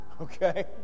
Okay